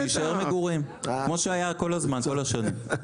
שיישאר מגורים כמו שהיה כל הזמן, כל השנים.